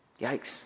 Yikes